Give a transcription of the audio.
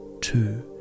two